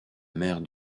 mère